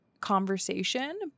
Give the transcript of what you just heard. conversation